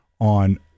on